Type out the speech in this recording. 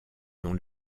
dont